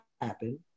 happen